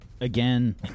Again